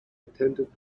attended